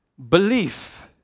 Belief